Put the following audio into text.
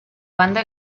banda